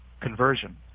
conversion